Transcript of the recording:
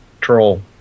troll